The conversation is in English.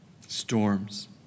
storms